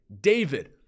David